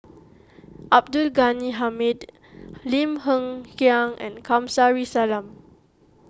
Abdul Ghani Hamid Lim Hng Kiang and Kamsari Salam